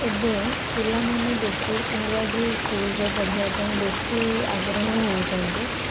ଏବେ ପିଲାମାନେ ବେଶୀ ଇଂରାଜୀ ସ୍କୁଲରେ ପଢ଼ିବା ପାଇଁ ବେଶୀ ଆଗ୍ରହ ହେଉଛନ୍ତି